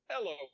Hello